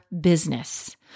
business